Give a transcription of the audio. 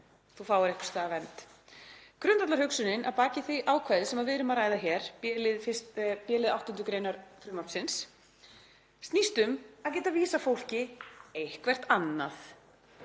þú fáir einhvers staðar vernd. Grundvallarhugsunin að baki því ákvæði sem við erum að ræða hér, b-lið 8. gr. frumvarpsins, snýst um að geta vísað fólki eitthvert annað.